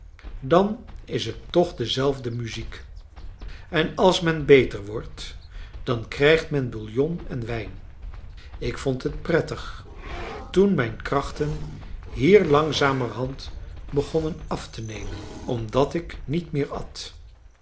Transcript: dan is het toch dezelfde muziek en als men beter wordt dan krijgt men bouillon en wijn ik vond het prettig toen mijn krachten hier langzamerhand begonnen af te nemen omdat ik niet meer at